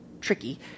tricky